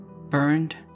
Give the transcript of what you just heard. burned